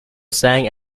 sang